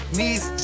Knees